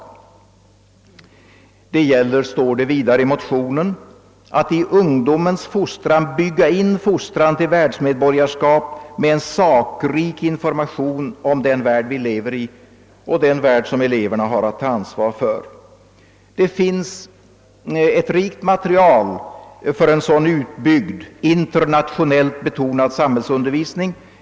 Det står vidare i motionen, att det gäller att i ungdomens undervisning bygga in fostran till världsmedborgarskap med en sakrik information om den värld vi lever i och den värld som eleverna har att ta ansvar för. Det finns ett rikt material för en sådan utbyggd internationellt betonad samhällsundervisning.